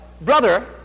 brother